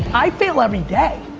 i fail every day.